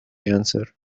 answer